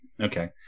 Okay